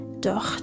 Doch